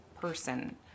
person